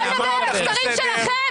בוא נדבר על הסקרים שלכם.